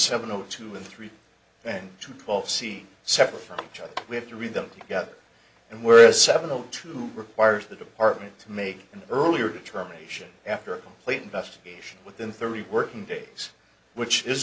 seven o two and three then two twelve see separate from each other we have to read them together and we're seven the two requires the department make an earlier determination after a complete investigation within thirty working days which is